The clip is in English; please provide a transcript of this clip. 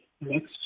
next